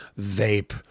vape